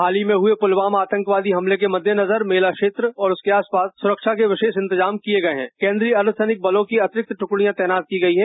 हाल ही में पुलवामा आतंकी हमले के मद्देनजर मेला क्षेत्र और उसके आसपास सुरक्षा के विशेष इतजाम किये गए है और केंद्रीय अर्धसेनिक बलों की अतिरिक्त ट्कड़ियां तैनात की गयी हैं